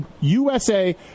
USA